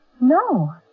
No